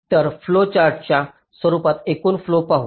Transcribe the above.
तर फ्लो चार्टच्या रूपात एकूण फ्लो पाहू